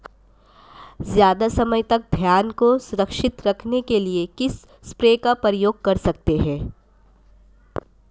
ज़्यादा समय तक धान को सुरक्षित रखने के लिए किस स्प्रे का प्रयोग कर सकते हैं?